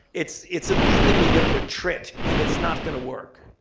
it's it's immediately going to attrit, and it's not going to work.